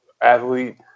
athlete